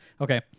Okay